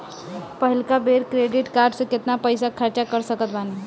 पहिलका बेर credit card से केतना पईसा खर्चा कर सकत बानी?